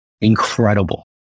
incredible